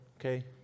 okay